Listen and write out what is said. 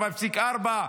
4.4,